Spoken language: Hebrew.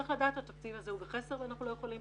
צריך לדעת שהתקציב הזה הוא בחסר ואנחנו לא יכולים